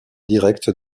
directe